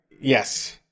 Yes